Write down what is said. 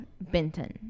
Benton